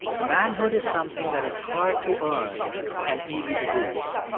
manhood is something that is hard to earn and easy to lose.